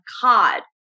cod